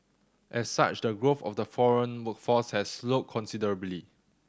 as such the growth of the foreign workforce has slowed considerably